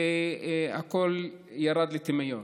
והכול ירד לטמיון.